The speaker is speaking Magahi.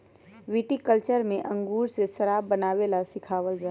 विटीकल्चर में अंगूर से शराब बनावे ला सिखावल जाहई